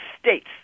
States